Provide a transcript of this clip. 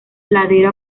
ladera